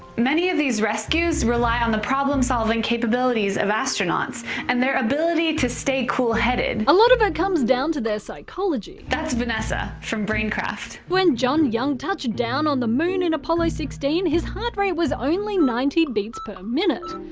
many of these rescues rely on the problem-solving capabilities of astronauts and their ability to stay cool-headed. a lot of it comes down to their psychology. that's vanessa from braincraft. when john young touched down on the moon in apollo sixteen, his heart rate was only ninety beats per minute.